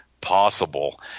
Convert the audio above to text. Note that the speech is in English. possible